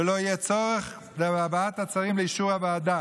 ולא יהיה צורך בהבאת הצווים לאישור הוועדה.